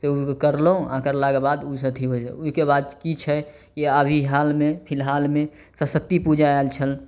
से कयलहुॅं आ कयलाके बाद ओ सब अथी भऽ जाइ है ओहिके बाद की छै कि अभी हालमे फिलहालमे सरस्वती पूजा आयल छल